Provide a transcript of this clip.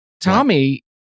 Tommy